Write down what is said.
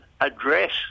address